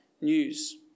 news